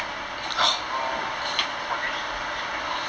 mm tomorrow for this this week lor